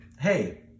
hey